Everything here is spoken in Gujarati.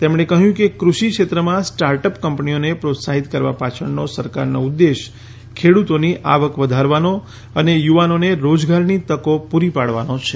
તેમણે કહ્યું કે કૃષિ ક્ષેત્રમાં સ્ટાર્ટઅપ કંપનીઓને પ્રોત્સાહિત કરવા પાછળનો સરકારનો ઉદ્દેશ ખેડૂતોની આવક વધારવાનો અને યુવાનોને રોજગારની તકો પૂરી પાડવાનો છે